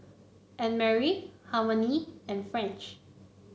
Annmarie Harmony and French